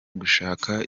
gushaka